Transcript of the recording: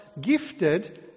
gifted